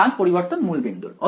স্থান পরিবর্তন মূল বিন্দুর